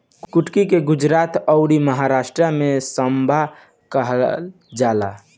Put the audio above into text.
कुटकी के गुजरात अउरी महाराष्ट्र में सांवा कहल जाला